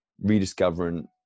Rediscovering